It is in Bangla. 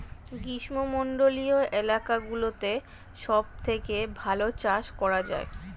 গ্রীষ্মমণ্ডলীয় এলাকাগুলোতে সবথেকে ভালো চাষ করা যায়